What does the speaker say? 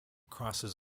crosses